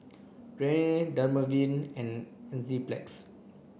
Rene Dermaveen and Enzyplex